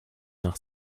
nach